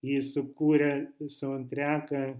ji sukūrė songtreką